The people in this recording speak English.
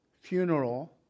funeral